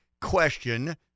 question